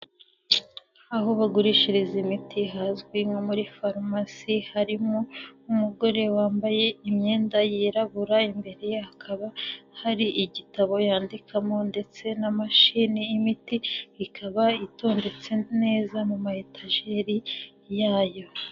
Aho bagurishiriza imiti hazwi nko muri farumasi harimo umugore wambaye imyenda yirabura imbere hakaba hari igitabo yandikamo ndetse n'amashini, iyi miti ikaba itondetse neza mu mayetajeri yayo.